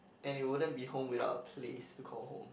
and it wouldn't be home without a place to call home